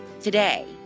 today